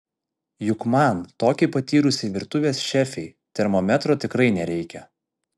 juk man tokiai patyrusiai virtuvės šefei termometro tikrai nereikia